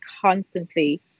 constantly